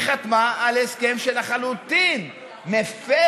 היא חתמה על הסכם שלחלוטין מפר